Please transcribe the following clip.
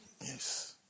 Yes